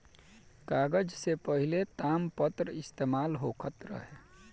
कागज से पहिले तामपत्र इस्तेमाल होखत रहे